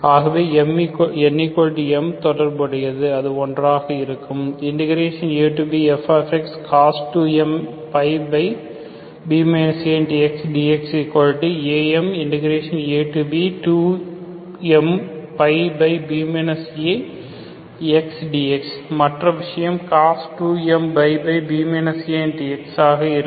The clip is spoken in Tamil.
ஆகவே n m தொடர்புடையது அது ஒன்றாக இருக்கும் abfcos2mπb axdx amab2mπb a xdx மற்ற விஷயம் cos 2mπb ax ஆக இருக்கும்